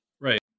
Right